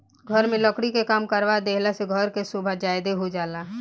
घर में लकड़ी के काम करवा देहला से घर के सोभा ज्यादे हो जाला